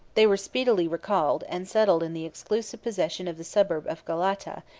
they were speedily recalled, and settled in the exclusive possession of the suburb of galata,